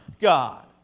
God